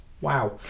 wow